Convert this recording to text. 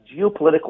geopolitical